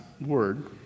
Word